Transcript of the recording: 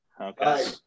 Okay